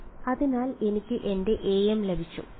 x′l അതിനാൽ എനിക്ക് എന്റെ am ലഭിച്ചു